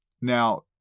Now